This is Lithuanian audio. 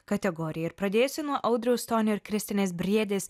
kategoriją ir pradėsiu nuo audriaus stonio ir kristinės briedės